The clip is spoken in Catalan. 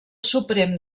suprem